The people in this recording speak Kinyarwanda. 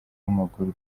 w’amaguru